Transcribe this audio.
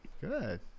Good